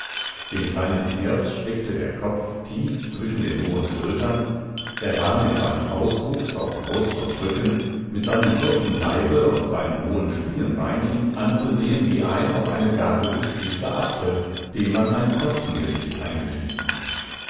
dem kleinen knirps steckte der kopf tief zwischen den hohen schultern er war mit seinem auswuchs auf brust und rücken mit seinem kurzen leibe und seinen hohen spinnenbeinchen anzusehen wie ein auf eine gabel gespießter apfel dem man ein fratzengesicht eingeschnitten